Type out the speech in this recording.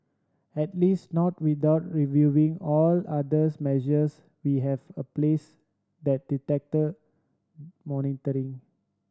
at least not without reviewing all others measures we have a place that detector monitoring